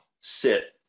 sit